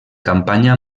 campanya